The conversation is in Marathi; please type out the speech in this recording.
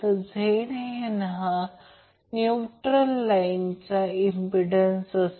Zn हा न्यूट्रल लाईन चा इंम्प्पिडन्स आहे